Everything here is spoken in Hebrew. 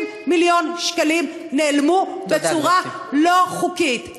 30 מיליון שקלים נעלמו בצורה לא חוקית,